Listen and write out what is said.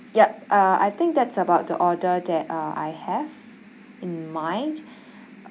yup uh I think that's about the order that uh I have in mind